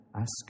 ask